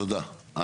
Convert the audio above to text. טוב, תודה.